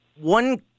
one